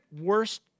worst